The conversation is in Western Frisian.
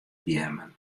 beammen